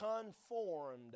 Conformed